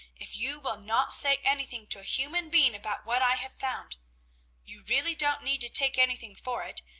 if you will not say anything to a human being about what i have found you really don't need to take anything for it,